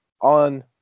on